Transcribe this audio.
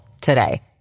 today